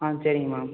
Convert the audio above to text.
ஆ சரிங்க மேம்